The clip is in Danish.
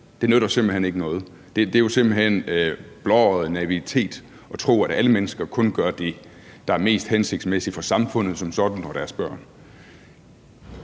Det nytter simpelt hen ikke noget. Det er jo simpelt hen blåøjet naivitet at tro, at alle mennesker kun gør det, der er mest hensigtsmæssigt for samfundet som sådan og for deres børn.